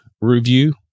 review